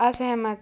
असहमत